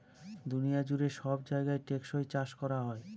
দুনিয়া জুড়ে সব জায়গায় টেকসই চাষ করা হোক